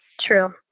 True